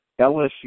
LSU